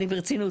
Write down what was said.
אני ברצינות.